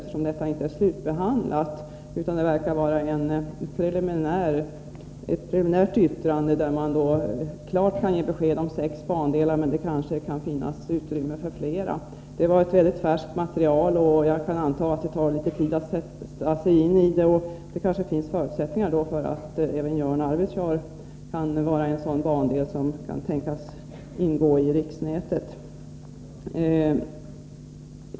Frågan är ju inte slutbehandlad, utan detta verkar vara ett preliminärt yttrande, där man kan ge klart besked om sex bandelar, men kanske finns det också utrymme för flera. Materialet är väldigt färskt, och jag antar att det kan ta litet tid att sätta sig in i det. Därför kanske det finns förutsättningar för att även linjen Jörn-Arvidsjaur kan vara en sådan bandel som kan tänkas ingå i riksnätet.